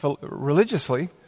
religiously